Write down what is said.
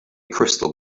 crystal